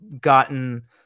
gotten